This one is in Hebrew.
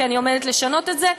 כי אני עומדת לשנות את זה.